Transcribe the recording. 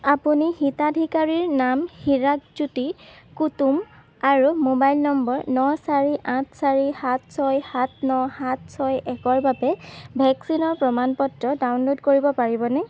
আপুনি হিতাধিকাৰীৰ নাম হিৰাকজ্যোতি কুতুম আৰু মোবাইল নম্বৰ ন চাৰি আঠ চাৰি সাত ছয় সাত ন সাত ছয় একৰ বাবে ভেকচিনৰ প্ৰমাণ পত্ৰ ডাউনলোড কৰিব পাৰিবনে